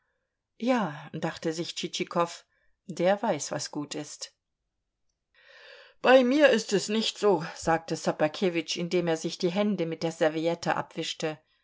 ja dachte sich tschitschikow der weiß was gut ist bei mir ist es nicht so sagte ssobakewitsch indem er sich die hände mit der serviette abwischte